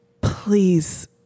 Please